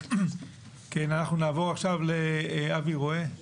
אנחנו נעבור עכשיו לאבי רואה,